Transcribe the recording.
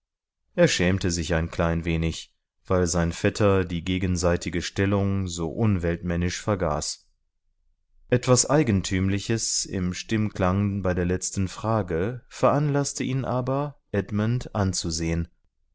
er schämte sich ein klein wenig weil sein vetter die gegenseitige stellung so unweltmännisch vergaß etwas eigentümliches im stimmklang bei der letzten frage veranlaßte ihn aber edmund anzusehen